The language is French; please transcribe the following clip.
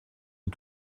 une